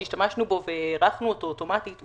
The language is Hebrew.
שהשתמשנו בו והארכנו אותו אוטומטית,